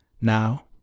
Now